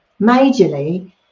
majorly